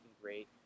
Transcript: great